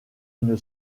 une